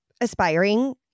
aspiring